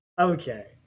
okay